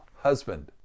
husband